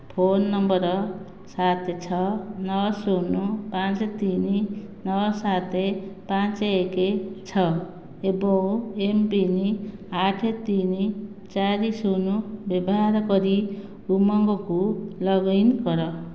phone number ସାତ ଛଅ ନଅ ଶୂନ ପାଞ୍ଚ ତିନି ନଅ ସାତ ପାଞ୍ଚ ଏକ ଛଅ ଏବଂ ଏମ୍ ପିନ୍ ଆଠ ତିନି ଚାରି ଶୂନ ବ୍ୟବହାର କରି ଉମଙ୍ଗକୁ ଲଗ୍ଇନ୍ କର